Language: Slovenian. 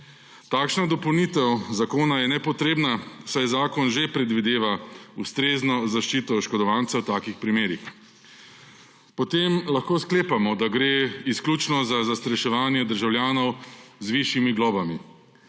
Takšna dopolnitev zakona je nepotrebna, saj zakon že predvideva ustrezno zaščito oškodovanca v takih primerih. Potem lahko sklepamo, da gre izključno za zastraševanje državljanov z višjimi globami.